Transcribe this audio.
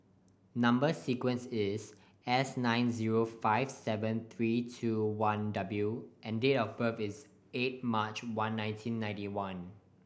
number sequence is S nine zero five seven three two one W and date of birth is eight March one nineteen ninety one